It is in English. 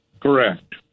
Correct